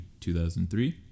2003